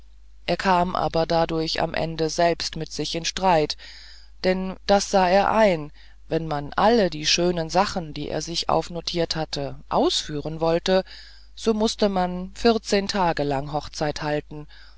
er kam aber dadurch am ende selbst mit sich in streit denn das sah er ein wenn man alle die schönen sachen die er sich aufnotiert hatte ausführen wollte so mußte man vierzehn tage lang hochzeit halten